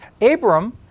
Abram